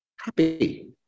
happy